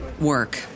work